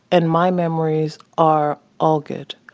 and my memories are all good.